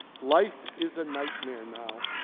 life is a nightmare now.